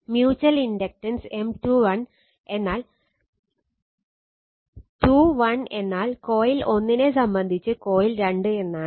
mutual inductance M21 എന്നാൽ 2 1 എന്നാൽ coil 1 നെ സംബന്ധിച്ച് കോയിൽ 2 എന്നാണ്